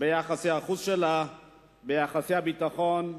ביחסי החוץ, ביחסי הביטחון.